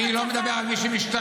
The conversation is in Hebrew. אני לא מדבר על מי שמשתמט,